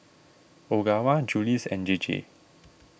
Ogawa Julie's and J J